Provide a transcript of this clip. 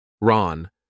Ron